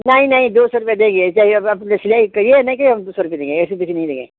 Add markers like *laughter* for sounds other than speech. नहीं नहीं दो सौ रूपया देगे जाइए अब *unintelligible* सिलाई करिए नहीं करिए हम दो सौ रुपया देंगे ऐसे बेसी नहीं देंगे